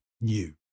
new